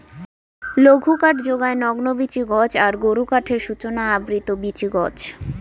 লঘুকাঠ যোগায় নগ্নবীচি গছ আর গুরুকাঠের সূচনা আবৃত বীচি গছ